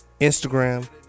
Instagram